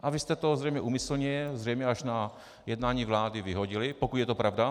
A vy jste to zřejmě úmyslně, zřejmě až na jednání vlády vyhodili, pokud je to pravda.